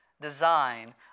design